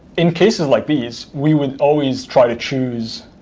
in cases like these, we would always try to choose